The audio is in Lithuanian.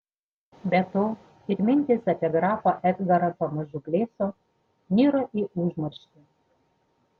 be to ir mintys apie grafą edgarą pamažu blėso niro į užmarštį